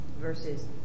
versus